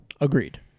Agreed